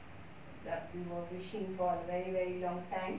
that we work fishing prawn very very long time